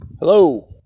hello